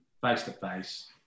face-to-face